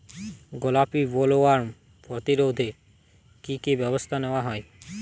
গোলাপী বোলওয়ার্ম প্রতিরোধে কী কী ব্যবস্থা নেওয়া হয়?